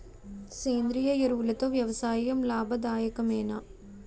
సేంద్రీయ ఎరువులతో వ్యవసాయం లాభదాయకమేనా?